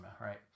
right